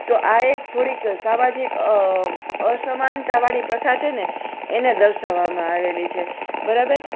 તો આ એક થોડીક સામાજિક અસમાનતાવાળી પ્રથા છેને એને દર્શાવવામાં આવેલી છે બરાબર